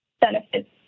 benefits